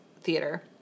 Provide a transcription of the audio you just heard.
Theater